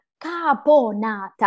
Caponata